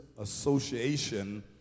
association